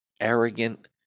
arrogant